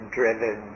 driven